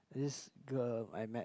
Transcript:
this girl I met